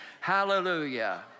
Hallelujah